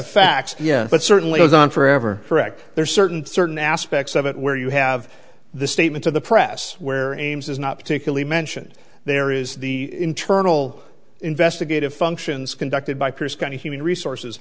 facts yes it certainly goes on forever correct there's certain certain aspects of it where you have the statement to the press where ames is not particularly mentioned there is the internal investigative functions conducted by pierce county human resources